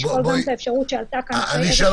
נשקול גם את האפשרות שעלתה כאן על גישור